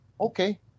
Okay